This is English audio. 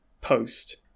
post